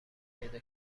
پیدا